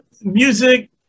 music